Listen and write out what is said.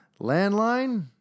Landline